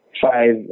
five